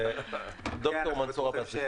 דוקטור מנסור עבאס.